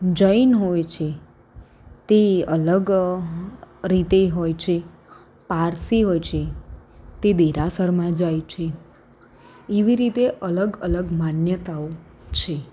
જૈન હોય છે તે અલગ રીતે હોય છે પારસી હોય છે તે દેરાસરમાં જાય છે એવી રીતે અલગ અલગ માન્યતાઓ છે